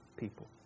people